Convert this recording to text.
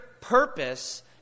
purpose